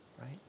right